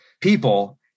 people